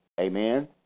amen